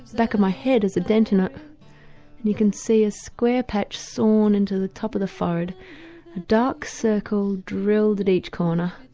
back of my head has a dent in ah it and you can see a square patch sawn into the top of the forehead, a dark circle drilled at each corner